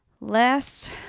Last